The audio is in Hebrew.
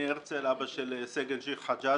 אני הרצל, אבא של סגן שיר חג'אג',